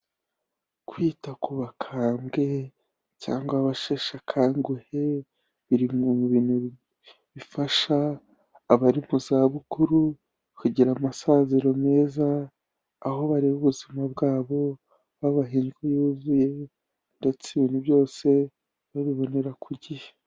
Kwita ku bakambwe cyangwa abasheshekanguhe biri mu bintu bifasha abari mu za bukuru kugira amasezero meza aho bareba ubuzima bwabo babaha indyo yuzuye ndetse ibintu byose babibonera ku gihe.